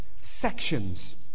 sections